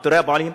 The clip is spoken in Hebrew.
פיטורי הפועלים.